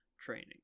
training